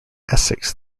essex